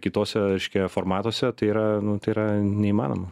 kituose reiškia formatuose tai yra nu tai yra neįmanoma